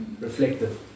Reflective